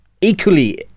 equally